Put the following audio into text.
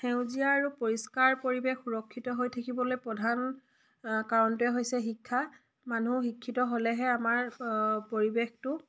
সেউজীয়া আৰু পৰিষ্কাৰ পৰিৱেশ সুৰক্ষিত হৈ থাকিবলৈ প্ৰধান কাৰণটোৱে হৈছে শিক্ষা মানুহ শিক্ষিত হ'লেহে আমাৰ পৰিৱেশটো